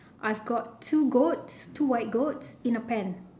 I have got two goats two white goats in a pen